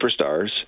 superstars